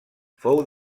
fou